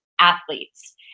athletes